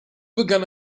begann